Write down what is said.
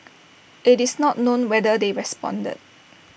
IT is not known whether they responded